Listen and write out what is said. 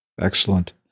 Excellent